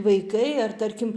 vaikai ar tarkim